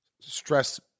Stress